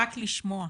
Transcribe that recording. רק לשמוע.